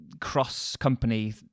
cross-company